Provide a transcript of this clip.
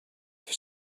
for